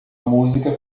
música